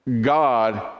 God